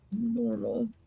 Normal